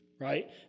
right